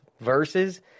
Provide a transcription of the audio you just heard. verses